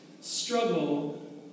struggle